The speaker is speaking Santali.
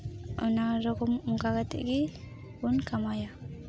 ᱱᱟᱱᱟ ᱨᱚᱠᱚᱢ ᱚᱱᱠᱟ ᱠᱟᱛᱮ ᱜᱮᱵᱚᱱ ᱠᱟᱢᱟᱭᱟ